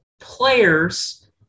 players